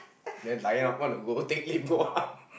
then lying up want to go take lift go up